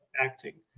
acting